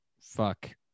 fuck